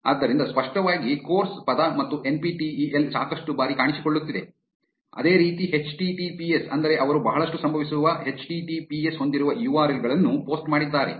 ಆದ್ದರಿಂದ ಸ್ಪಷ್ಟವಾಗಿ ಕೋರ್ಸ್ ಪದ ಮತ್ತು N P T E L ಸಾಕಷ್ಟು ಬಾರಿ ಕಾಣಿಸಿಕೊಳ್ಳುತ್ತಿದೆ ಅದೇ ರೀತಿ H T T P S ಅಂದರೆ ಅವರು ಬಹಳಷ್ಟು ಸಂಭವಿಸುವ H T T P S ಹೊಂದಿರುವ ಯು ಆರ್ ಎಲ್ ಗಳನ್ನು ಪೋಸ್ಟ್ ಮಾಡಿದ್ದಾರೆ